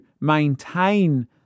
maintain